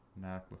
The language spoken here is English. MacBook